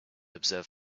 observe